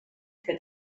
que